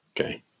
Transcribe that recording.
Okay